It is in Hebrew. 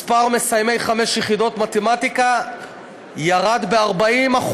מספר מסיימי חמש יחידות במתמטיקה ירד ב-40%,